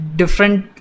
different